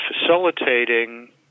facilitating